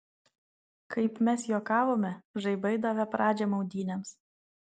kaip mes juokavome žaibai davė pradžią maudynėms